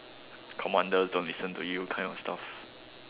commander don't listen to you kind of stuff